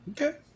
Okay